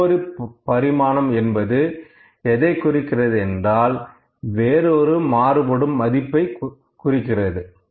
இன்னொரு பரிமாணம் என்பது எதை குறிக்கிறது என்றால் வேறொரு மாறுபடும் மதிப்பை குறிக்கிறது